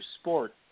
sport